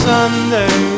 Sunday